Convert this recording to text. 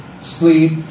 sleep